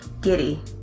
giddy